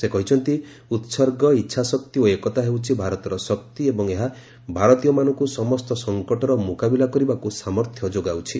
ସେ କହିଛନ୍ତି ଉହର୍ଗ ଇଚ୍ଛାଶକ୍ତି ଓ ଏକତା ହେଉଛି ଭାରତର ଶକ୍ତି ଏବଂ ଏହା ଭାରତୀୟମାନଙ୍କୁ ସମସ୍ତ ସଂକଟର ମୁକାବିଲା କରିବାକୁ ସାମର୍ଥ୍ୟ ଯୋଗାଉଛି